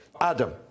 Adam